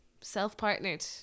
self-partnered